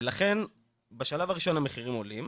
לכן, בשלב הראשון המחירים עולים,